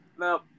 Now